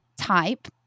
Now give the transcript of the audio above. type